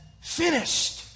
finished